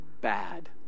bad